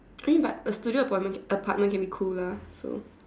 I think but a studio apart apartment can be cooler so